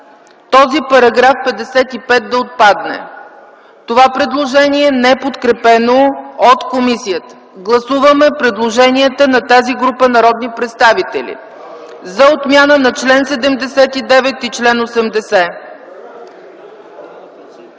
този § 55 да отпадне. Това предложение не е подкрепено от комисията. Гласуваме предложенията на тази група народни представители – за отмяна на чл. 79 и чл. 80.